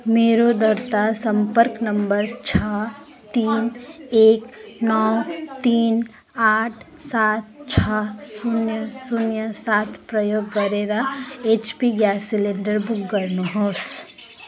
मेरो दर्ता सम्पर्क नम्बर छ तिन एक नौ तिन आठ सात छ शून्य शून्य सात प्रयोग गरेर एचपी ग्यास सिलिन्डर बुक गर्नु होस्